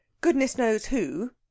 Goodness-knows-who